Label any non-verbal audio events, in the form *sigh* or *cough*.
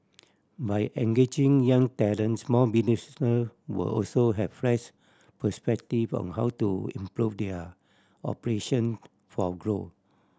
by engaging young talent small business *unintelligible* will also have fresh perspective on how to improve their operation for growth